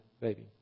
baby